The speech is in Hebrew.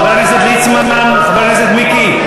חבר הכנסת ליצמן, חבר הכנסת מיקי.